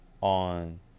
on